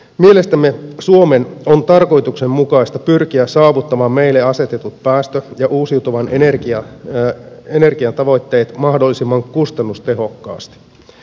mielestämme suomen on tarkoituksenmukaista pyrkiä saavuttamaan meille asetetut päästö ja uusiutuvan energian tavoitteet mahdollisimman kustannustehokkaasti